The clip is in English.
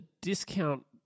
discount